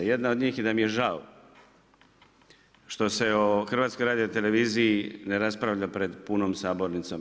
Jedna od njih je i da mi je žao što se o Hrvatskoj radioteleviziji ne raspravlja pred punom sabornicom.